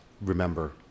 remember